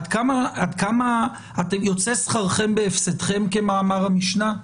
עד כמה יוצא שכרכם בהפסדכם, כמאמר המשנה?